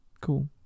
cool